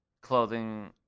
clothing